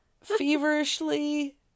feverishly